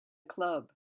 club